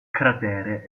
cratere